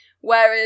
Whereas